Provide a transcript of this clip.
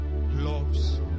loves